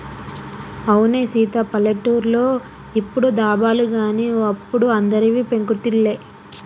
అవునే సీత పల్లెటూర్లో ఇప్పుడు దాబాలు గాని ఓ అప్పుడు అందరివి పెంకుటిల్లే